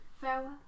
Farewell